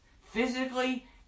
physically